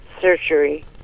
surgery